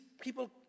people